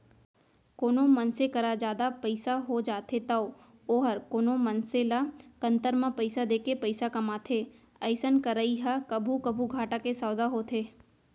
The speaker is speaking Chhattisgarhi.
कोनो मनसे करा जादा पइसा हो जाथे तौ वोहर कोनो मनसे ल कन्तर म पइसा देके पइसा कमाथे अइसन करई ह कभू कभू घाटा के सौंदा होथे